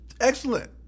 excellent